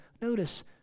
Notice